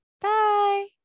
bye